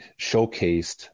showcased